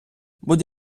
будь